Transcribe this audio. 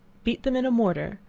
beat them in a mortar,